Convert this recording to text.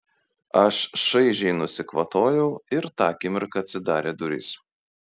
aš šaižiai nusikvatojau ir tą akimirką atsidarė durys